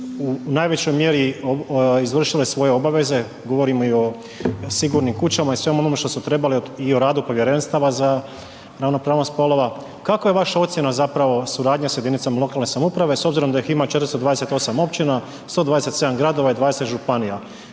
u najvećoj mjeri izvršile svoje obaveze, govorim i o sigurnim kućama i svemu ono što su trebale i u radu povjerenstava za ravnopravnost spolova, kakva je vaša ocjena zapravo, suradnja sa jedinicama lokalne samouprave s obzirom da ih ima 428 općina, 127 gradova i 20 županija,